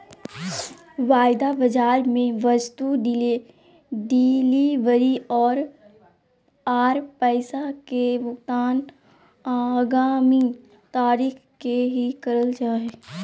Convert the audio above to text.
वायदा बाजार मे वस्तु डिलीवरी आर पैसा के भुगतान आगामी तारीख के ही करल जा हय